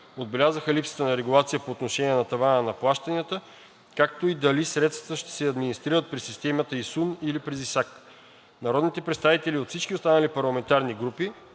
Отбелязаха липсата на регулация по отношение тавана на плащанията, както и дали средствата ще се администрират през системата ИСУН или през ИСАК. Народните представители от всички останали парламентарни групи